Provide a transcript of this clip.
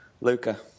Luca